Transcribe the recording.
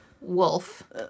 wolf